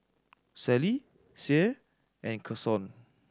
Sally Sie and Kason